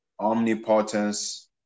omnipotence